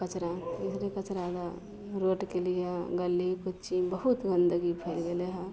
कचरा इएह लै कचरा रोडके लिए गली कुच्ची बहुत गन्दगी फैल गेलय हइ